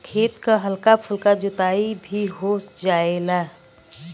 खेत क हल्का फुल्का जोताई भी हो जायेला